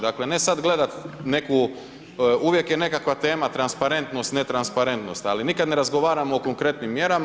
Dakle ne sad gledati neku, uvijek je nekakva tema transparentnost, netransparentnost, ali nikad ne razgovaramo o konkretnim mjerama.